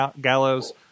Gallows